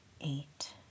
Eight